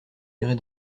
irez